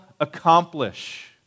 accomplish